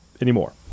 anymore